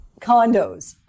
condos